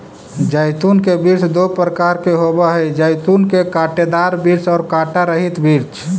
जैतून के वृक्ष दो प्रकार के होवअ हई जैतून के कांटेदार वृक्ष और कांटा रहित वृक्ष